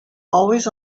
always